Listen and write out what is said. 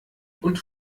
und